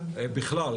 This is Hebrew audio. בכלל,